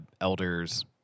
elders